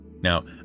Now